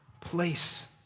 place